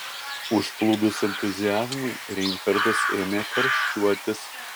užplūdus entuziazmui reinhartas ėmė karščiuotis